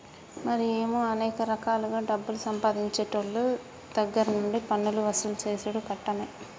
మరి ఏమో అనేక రకాలుగా డబ్బులు సంపాదించేవోళ్ళ దగ్గర నుండి పన్నులు వసూలు సేసుడు కట్టమే